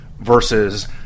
versus